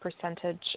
percentage